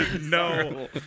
no